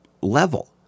level